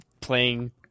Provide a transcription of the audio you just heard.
playing